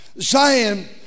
Zion